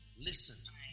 listen